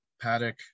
Paddock